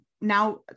now